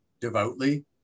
devoutly